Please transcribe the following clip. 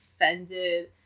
offended